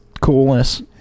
coolness